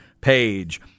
page